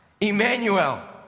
Emmanuel